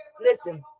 listen